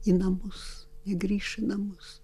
į namus ji grįš į namus